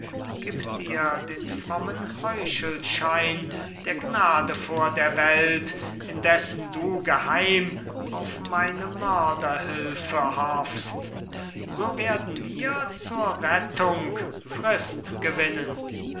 gib dir den frommen heuchelschein der gnade vor der welt indessen du geheim auf meine mörderhilfe hoffst so werden wir zur rettung frist gewinnen